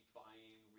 buying